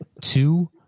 two